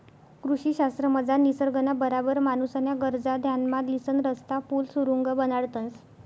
कृषी शास्त्रमझार निसर्गना बराबर माणूसन्या गरजा ध्यानमा लिसन रस्ता, पुल, सुरुंग बनाडतंस